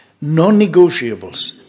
non-negotiables